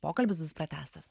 pokalbis bus pratęstas